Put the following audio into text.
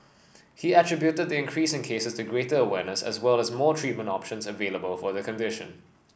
he attributed the increase in cases to greater awareness as well as more treatment options available for the condition